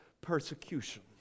persecution